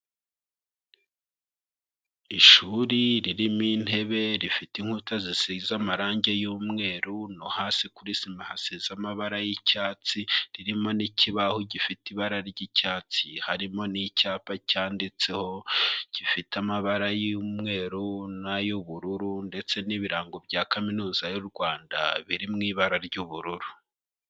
Ishuri ririmo intebe rifite inkuta zisize amarangi y'umweru no hasi kuri sima hasize amabara y'icyatsi, ririmo n'ikibaho gifite ibara ry'icyatsi harimo n'icyapa cyanditseho gifite amabara y'umweru n'ay'ubururu, ndetse n'ibirango bya kaminuza y'u Rwanda biri mu ibara ry'ubururu.